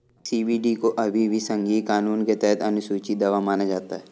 CBD को अभी भी संघीय कानून के तहत अनुसूची दवा माना जाता है